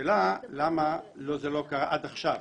והשאלה למה זה לא קרה עד עכשיו,